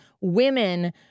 women